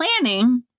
planning